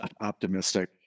optimistic